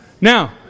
Now